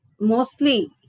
mostly